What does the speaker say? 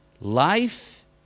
Life